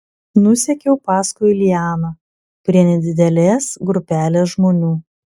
nusekiau paskui lianą prie nedidelės grupelės žmonių